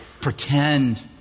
Pretend